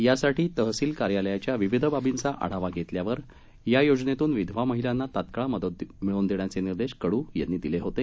यासाठी तहसील कार्यालयाच्या विविध बाबींचा आढावा घेतल्यावर या योजनेतून विधवा महिलांना तत्काळ मदत मिळवून देण्याचे निर्देश कडु यांनी दिले होते